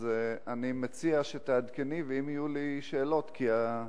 אז אני מציע שתעדכני, ואם יהיו לי שאלות, כן,